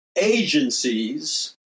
agencies